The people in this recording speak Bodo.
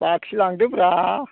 बाखि लांदो ब्रा